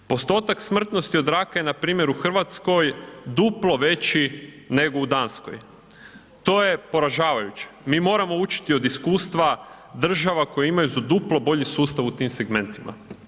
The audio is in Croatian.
Postotak smrtnosti od raka je npr. u RH duplo veći nego u Danskoj, to je poražavajuće, mi moramo učiti od iskustva država koje imaju za duplo bolji sustav u tim segmentima.